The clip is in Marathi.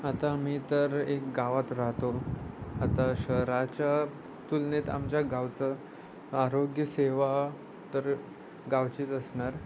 आता मी तर एक गावात राहतो आता शहराच्या तुलनेत आमच्या गावचं आरोग्यसेवा तर गावचीच असणार